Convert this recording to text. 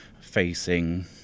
facing